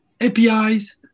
APIs